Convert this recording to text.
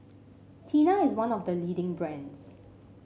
Tena is one of the leading brands